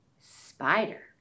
Spider